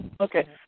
Okay